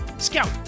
Scout